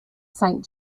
saint